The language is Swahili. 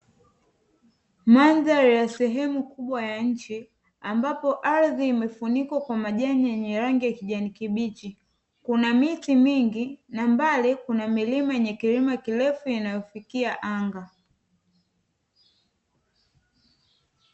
Mandhari ya sehemu kubwa ya nje ambapo ardhi imefunikwa kwa majani yenye rangi ya kijani kibichi, kuna miti mingi na mbali kuna milima yenye kilimo kirefu inayofikia anga.